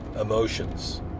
emotions